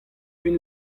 vin